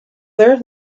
there